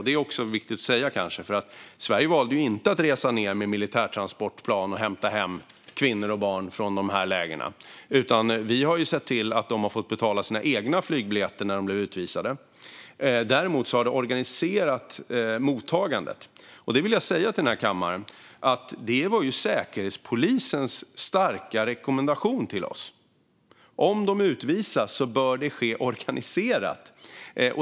Detta är viktigt att säga, för vi i Sverige valde inte att resa ned med militärtransportplan och hämta hem kvinnor och barn från de här lägren utan såg till att de fick betala sina egna flygbiljetter när de blev utvisade. Däremot har vi organiserat mottagandet. Jag vill säga till denna kammare att detta var Säkerhetspolisens starka rekommendation till oss - om de utvisas bör det ske organiserat.